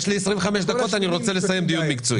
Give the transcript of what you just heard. יש לנו 25 דקות ואני רוצה לסיים את הדיון המקצועי.